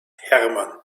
hermann